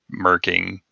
murking